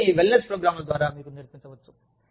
ఇవన్నీ వెల్నెస్ ప్రోగ్రామ్ల ద్వారా మీకు నేర్పించవచ్చు